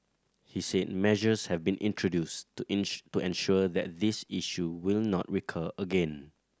he said measures have been introduced to inch to ensure that this issue will not recur again